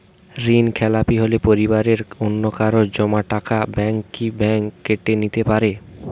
ঋণখেলাপি হলে পরিবারের অন্যকারো জমা টাকা ব্যাঙ্ক কি ব্যাঙ্ক কেটে নিতে পারে?